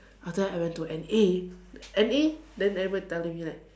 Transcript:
after I went to N_A N_A then everybody tell me like